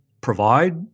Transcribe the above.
provide